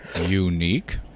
unique